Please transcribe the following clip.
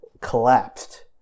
collapsed